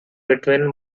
between